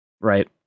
Right